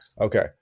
Okay